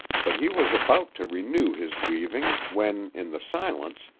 but he was about to renew his weaving, when, in the silence,